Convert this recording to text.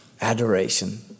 adoration